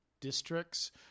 districts